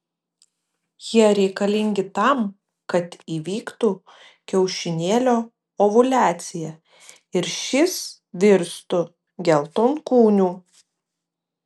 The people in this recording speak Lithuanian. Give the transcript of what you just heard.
jie reikalingi tam kad įvyktų kiaušinėlio ovuliacija ir šis virstų geltonkūniu